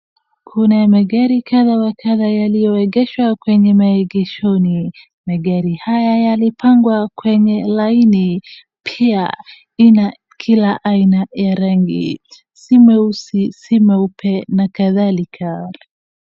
Kuna magari kadha wa kadha yaliyoegeshwa kwenye maegeshoni. Magari haya yalipangwa kwenye laini pia ina kila aina ya rangi, si nyeusi, si nyeupe, na kadhalika.